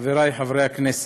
חברי חברי הכנסת,